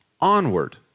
onward